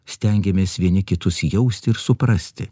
stengiamės vieni kitus jausti ir suprasti